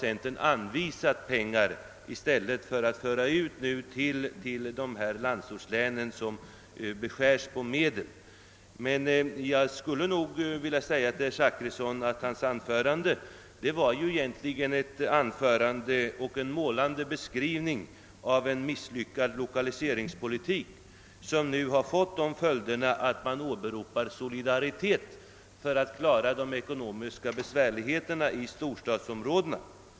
Centerpartiet har anvisat medel som ersättning till de glesbygdslän vilkas anslag nu beskärs. Egentligen var herr Zachrissons anförande en målande beskrivning av en misslyckad lokaliseringspolitik, som nu har fått sådana följder att man åberopar solidariteten för att klara de ekonomiska besvärligheterna i storstadsområdena.